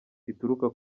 ituruka